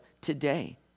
today